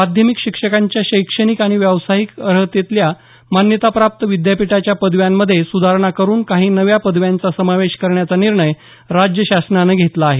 माध्यमिक शिक्षकांच्या शैक्षणिक आणि व्यावसायिक अर्हतेतल्या मान्यताप्राप्त विद्यापीठाच्या पदव्यांमध्ये सुधारणा करुन काही नव्या पदव्यांचा समावेश करण्याचा निर्णय राज्य शासनानं घेतला आहे